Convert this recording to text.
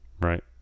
Right